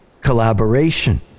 collaboration